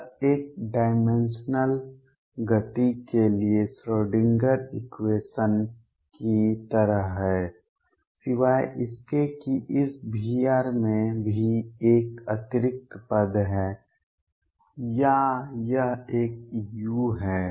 यह एक डाइमेंशनल गति के लिए श्रोडिंगर इक्वेशन की तरह है सिवाय इसके कि इस Vr में भी एक अतिरिक्त पद है या यह एक u है